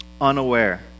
unaware